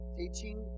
teaching